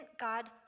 God